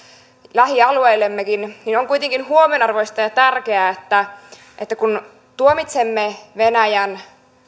lähialueillemmekin niin on kuitenkin huomionarvoista ja tärkeää että että kun tuomitsemme venäjän